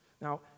Now